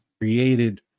created